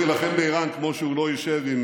הוא יילחם באיראן כמו שהוא לא ישב עם